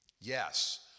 Yes